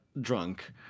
drunk